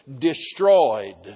destroyed